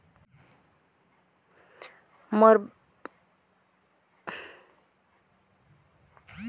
मोर bank कर खाता में पइसा अहे अउ ओला हिंकाले बर जाए रहें ता खाता हर बंद अहे कहत रहिस